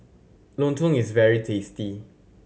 Lontong is very tasty